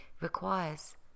requires